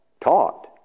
taught